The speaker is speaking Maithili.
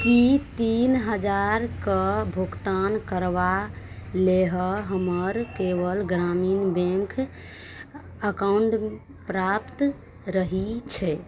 की तीन हजारके भुगतान करबा लेहऽ हमर केवल ग्रामीण बैंक अकाउंट प्राप्त रही छै